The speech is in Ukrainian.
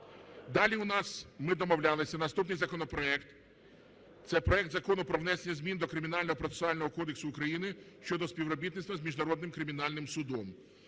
Далі у нас, ми домовлялися, наступний законопроект. Це проект Закону про внесення змін до Кримінального процесуального кодексу України щодо співробітництва з Міжнародним кримінальним судом.